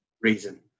Reason